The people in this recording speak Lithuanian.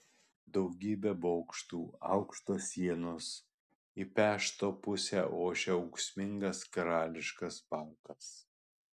daugybė bokštų aukštos sienos į pešto pusę ošia ūksmingas karališkasis parkas